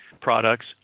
products